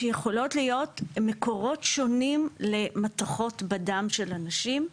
שיכולות להיות מקורות שונים למתכות בדם של אנשים,